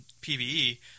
PvE